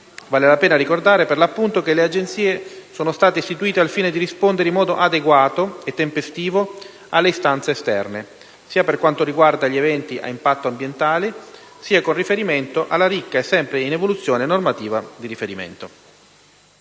Vale la pena ricordare, per l'appunto, che le Agenzie sono state istituite al fine di rispondere in modo adeguato e tempestivo alle istanze esterne, sia per quanto riguarda gli eventi a impatto ambientale sia con riferimento alla ricca normativa di riferimento